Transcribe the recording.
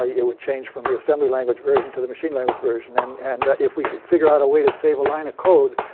ah it would change from the assembly language version to the machine language version. and and if we could figure out a way to save a line of code